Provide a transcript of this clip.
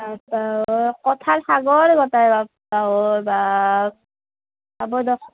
বাপ্পা ঐ কথাৰ সাগৰ গোটেই বাপ্পা ঐ বা্প হ'ব দক